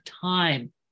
time